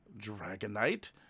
dragonite